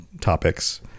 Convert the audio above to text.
topics